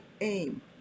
aim